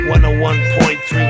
101.3